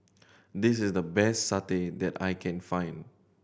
this is the best satay that I can find